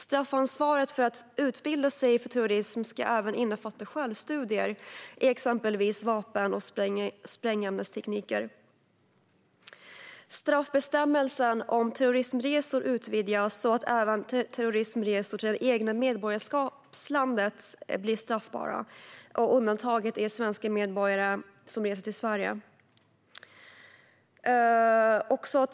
Straffansvaret för att utbilda sig för terrorism ska även innefatta självstudier i exempelvis vapen och sprängämnestekniker. Straffbestämmelsen om terrorismresor utvidgas så att även terrorismresor till det egna medborgarskapslandet blir straffbara. Undantaget är svenska medborgare som reser till Sverige.